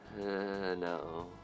No